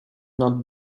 not